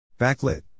Backlit